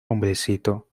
hombrecito